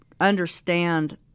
understand